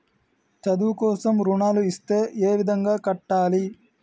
చదువు కోసం రుణాలు ఇస్తే ఏ విధంగా కట్టాలి?